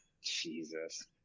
Jesus